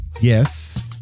Yes